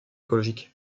écologiques